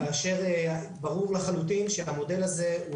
כאשר ברור לחלוטין שהמודל הזה הוא